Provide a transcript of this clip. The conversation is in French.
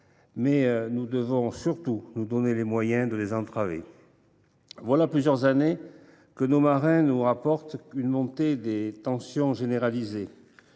mais nous devons surtout nous donner les moyens de les entraver. Voilà plusieurs années que nos marins nous signalent une montée généralisée